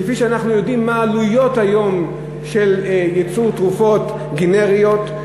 כי אנחנו יודעים מה העלויות היום של ייצור תרופות גנריות,